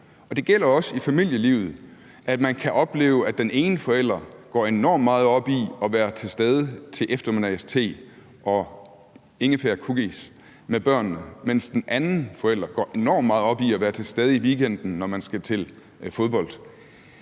det gælder også i familielivet, at man kan opleve, at den ene forælder går meget op i at være til stede til eftermiddagste og ingefærcookies med børnene, mens den anden forælder går enormt meget op i at være til stede i weekenden, når man skal til fodbold.